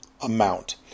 amount